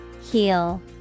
Heal